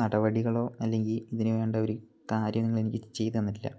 നടപടികളോ അല്ലെങ്കി ഇതിന് വേണ്ട ഒരു കാര്യോ നിങ്ങൾ എനിക്ക് ചെയ്ത് തന്നിട്ടില്ല